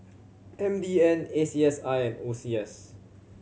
M D N A C S I and O C S